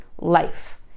life